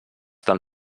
del